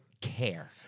care